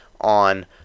on